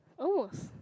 oh